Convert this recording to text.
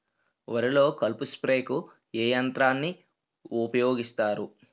వరిలో కలుపు స్ప్రేకు ఏ యంత్రాన్ని ఊపాయోగిస్తారు?